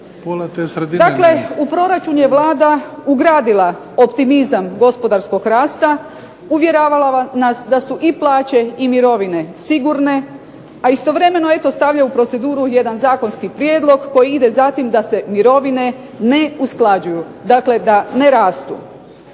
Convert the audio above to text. Dakle u proračun je Vlada ugradila optimizam gospodarskog rasta, uvjeravala nas da su i plaće i mirovine sigurne, a istovremeno eto stavlja u proceduru jedan zakonski prijedlog koji ide za tim da se mirovine ne usklađuju, dakle da ne rastu.